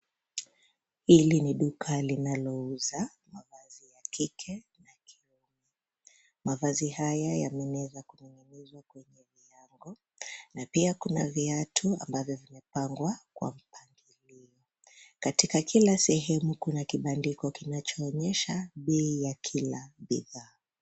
Hali ni duka linalouza mavazi ya kike na kiume. Mavazi hayo yameweza kung'inginizwa kwenye milango na pia kuna viatu ambavyo vimepangwa kwa mpangilio. Katika kila sehemu kuna kibandiko kinachoonyesha bei ya kila bidhaa.